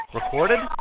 recorded